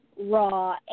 raw